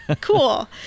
Cool